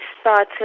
started